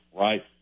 right